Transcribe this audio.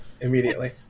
immediately